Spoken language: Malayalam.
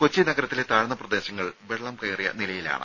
കൊച്ചി നഗരത്തിലെ താഴ്ന്ന പ്രദേശങ്ങൾ വെള്ളം കയറിയ നിലയിലാണ്